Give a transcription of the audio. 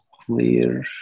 clear